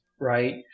right